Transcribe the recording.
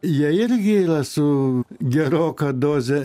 jie irgi yra su geroka doze